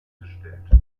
gestellt